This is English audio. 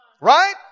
Right